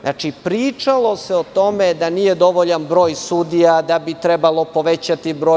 Znači, pričalo se o tome da nije dovoljan broj sudija, da bi trebalo povećati broj.